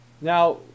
Now